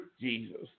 Jesus